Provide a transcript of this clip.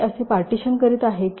मी असे पार्टीशन करीत आहे